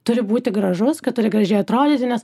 turi būti gražus kad turi gražiai atrodyti nes